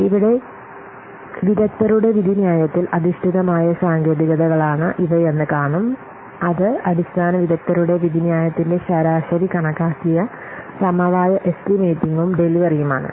ഇവിടെ വിദഗ്ദ്ധരുടെ വിധിന്യായത്തിൽ അധിഷ്ഠിതമായ സാങ്കേതികതകളാണ് ഇവയെന്ന് കാണും അത് അടിസ്ഥാന വിദഗ്ദ്ധരുടെ വിധിന്യായത്തിന്റെ ശരാശരി കണക്കാക്കിയ സമവായ എസ്റ്റിമേറ്റിംഗും ഡെലിവറിയും ആണ്